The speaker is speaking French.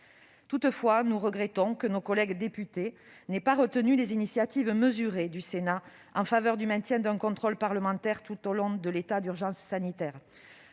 Toutefois, nous regrettons que nos collègues députés n'aient pas retenu les initiatives mesurées du Sénat en faveur du maintien d'un contrôle parlementaire tout au long de l'état d'urgence sanitaire.